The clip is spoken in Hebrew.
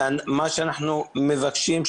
מה שאנחנו מבקשים,